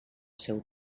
seu